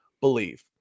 believe